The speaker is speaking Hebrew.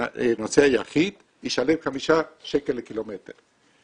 נוסע יחיד, אתה תשלם חמישה שקלים לקילומטר.